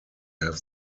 have